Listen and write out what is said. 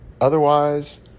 Otherwise